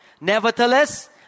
Nevertheless